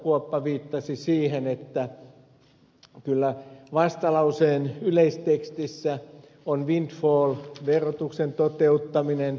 kuoppa viittasi siihen että kyllä vastalauseen yleistekstissä on windfall verotuksen toteuttaminen